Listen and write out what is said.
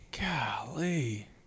golly